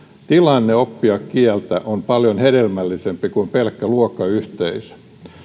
tilanne oppia kieltä on paljon hedelmällisempi kuin pelkkä luokkayhteisö